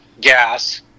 gas